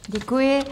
Děkuji.